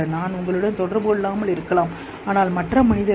நான் உங்களுடன் தொடர்பு கொள்ளாமல் இருக்கலாம் ஆனால் மற்ற மனிதர்கள்